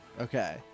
Okay